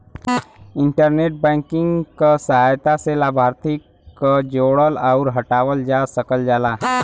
internet banking क सहायता से लाभार्थी क जोड़ल आउर हटावल जा सकल जाला